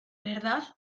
verdad